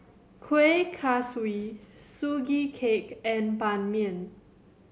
Kueh Kaswi Sugee Cake and Ban Mian